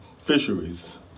Fisheries